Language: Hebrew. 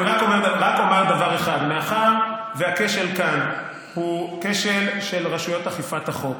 אני רק אומר דבר אחד: מאחר שהכשל כאן הוא כשל של רשויות אכיפת החוק,